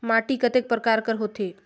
माटी कतेक परकार कर होथे?